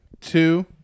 Two